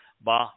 Ba